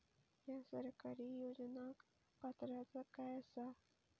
हया सरकारी योजनाक पात्रता काय आसा?